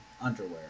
underwear